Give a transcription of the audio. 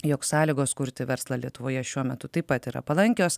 jog sąlygos kurti verslą lietuvoje šiuo metu taip pat yra palankios